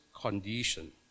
condition